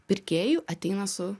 pirkėjų ateina su